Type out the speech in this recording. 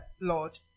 Lord